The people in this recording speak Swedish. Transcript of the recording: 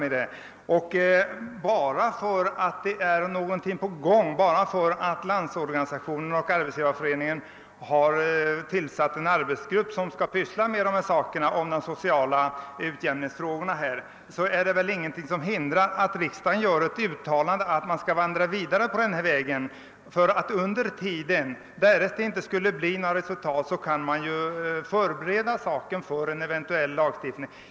Men bara detta att något är på gång och att LO och Arbetsgivareföreningen har tillsatt en arbetsgrupp som skall syssla med de sociala utjämningsfrågorna är väl ingenting som hindrar riksdagen från att göra ett uttalande om att vi skall gå vidare på den vägen. Blir det inte några resultat, så kan man ju under tiden förbereda en eventuell lagstiftning.